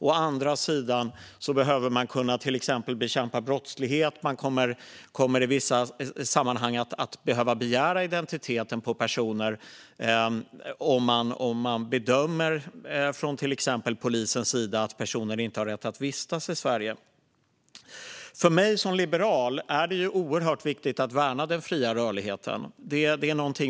Å andra sidan behöver man till exempel kunna bekämpa brottslighet. Man kommer i vissa sammanhang att behöva begära identiteten på personer om man från till exempel polisens sida bedömer att personerna inte har rätt att vistas i Sverige. För mig som liberal är det oerhört viktigt att värna den fria rörligheten.